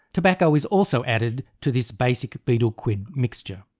tobacco is also added to this basic betel quid mixture.